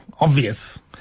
obvious